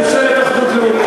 ממש ממשלת אחדות לאומית.